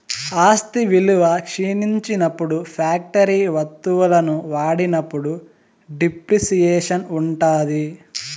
ఆస్తి విలువ క్షీణించినప్పుడు ఫ్యాక్టరీ వత్తువులను వాడినప్పుడు డిప్రిసియేషన్ ఉంటాది